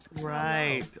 Right